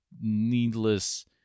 needless